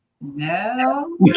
no